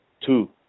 two